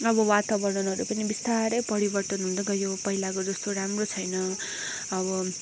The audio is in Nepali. अब वातावरणहरू पनि बिस्तारै परिवर्तन हुँदै गयो पहिलाको जस्तो राम्रो छैन अब